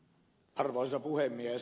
arvoisa puhemies